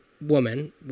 woman